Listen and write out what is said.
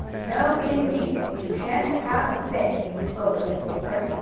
no, indeed! you sha'n't have a bit! scolded miss winkler.